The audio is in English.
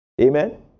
Amen